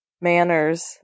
manners